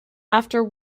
after